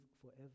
forever